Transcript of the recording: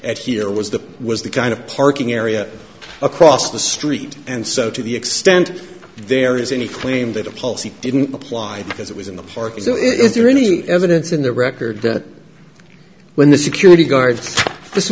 at here was the was the kind of parking area across the street and so to the extent there is any claim that a policy didn't apply because it was in the park so is there any evidence in the record that when the security guard